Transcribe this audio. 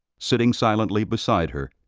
sitting silently beside her,